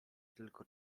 tylko